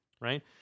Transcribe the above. Right